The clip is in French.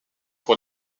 pour